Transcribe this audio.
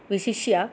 विशिष्य